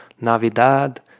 Navidad